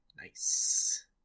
nice